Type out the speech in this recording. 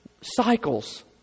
cycles